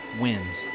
wins